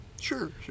sure